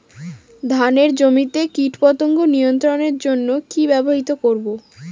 ধানের জমিতে কীটপতঙ্গ নিয়ন্ত্রণের জন্য কি ব্যবহৃত করব?